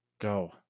Go